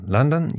London